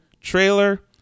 trailer